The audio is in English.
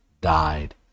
died